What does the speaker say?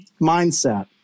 mindset